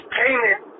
payment